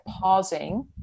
pausing